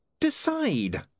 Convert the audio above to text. decide